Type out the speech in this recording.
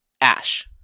Ash